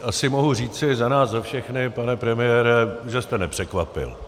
Asi mohu říci za nás za všechny, pane premiére, že jste nepřekvapil.